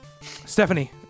Stephanie